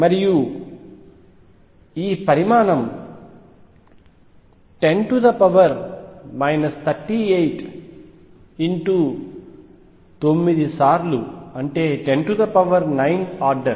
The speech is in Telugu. మరియు ఈ పరిమాణం10 38 9 సార్లు 109 ఆర్డర్